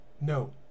No